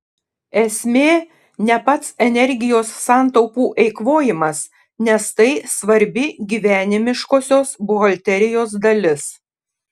esmė ne pats energijos santaupų eikvojimas nes tai svarbi gyvenimiškosios buhalterijos dalis